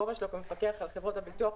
בכובע שלו כמפקח על חברות הביטוח,